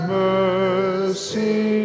mercy